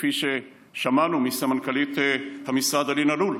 כפי ששמענו מסמנכ"לית המשרד אלין אלול.